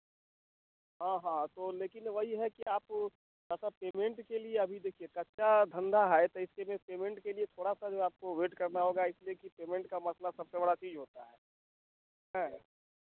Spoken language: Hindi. हाँ हाँ तो लेकिन वही है कि आप थोड़ा सा पेमेंट के लिए अभी देखिए कच्चा धंधा हए तो इसके में पेमेंट के लिए थोड़ा सा जो है आपको वेट करना होगा इसलिए कि पेमेंट का मसला सबसे बड़ा चीज़ होता है है